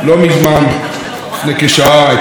את הנאומים החשובים של נשיא המדינה,